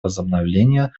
возобновления